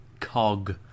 cog